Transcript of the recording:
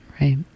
right